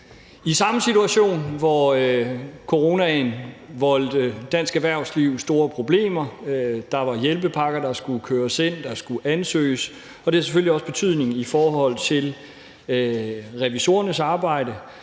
i samme situation, fordi coronaen voldte dansk erhvervsliv store problemer. Der var hjælpepakker, der skulle køres ind, og der var ansøgninger. Det har selvfølgelig betydning for revisorernes arbejde.